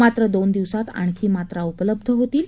मात्र दोन दिवसांत आणखी मात्रा उपलब्ध होतील